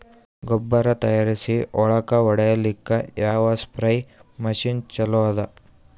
ಗೊಬ್ಬರ ತಯಾರಿಸಿ ಹೊಳ್ಳಕ ಹೊಡೇಲ್ಲಿಕ ಯಾವ ಸ್ಪ್ರಯ್ ಮಷಿನ್ ಚಲೋ ಅದ?